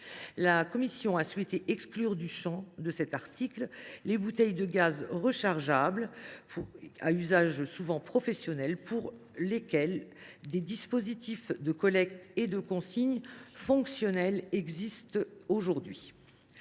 La commission a souhaité exclure du champ de cet article les bouteilles de gaz rechargeables, à usage souvent professionnel, pour lesquelles des dispositifs de collecte et de consigne fonctionnels existent aujourd’hui.